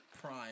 prime